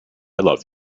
love